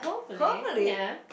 hopefully